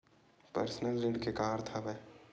Personal ऋण के का अर्थ हवय?